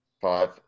five